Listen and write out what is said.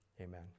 amen